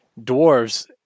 dwarves